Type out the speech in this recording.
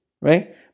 right